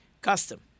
custom